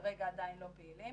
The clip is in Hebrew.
שכרגע עדיין לא פעילים,